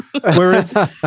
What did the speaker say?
Whereas